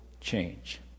change